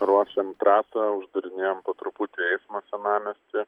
ruošiam trasą uždarinėjam po truputį eismą senamiestyje